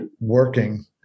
working